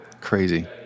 crazy